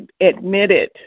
admitted